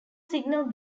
signal